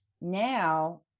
Now